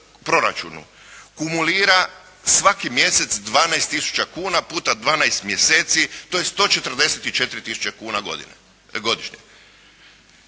kumulira svaki mjesec 12 tisuća kuna puta 12 mjeseci to je 144 tisuća kuna godišnje.